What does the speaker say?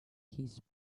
his